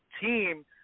team